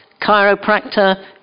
chiropractor